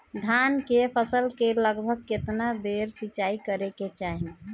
धान के फसल मे लगभग केतना बेर सिचाई करे के चाही?